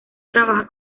trabaja